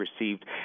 received